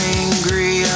angry